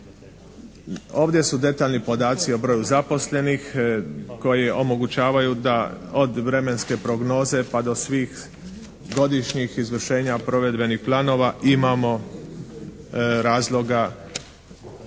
Ovdje su detaljni podaci o broju zaposlenih koji omogućavaju da od vremenske prognoze pa do svih godišnjih izvršenja Provedbenih planova imamo razloga